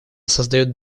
создает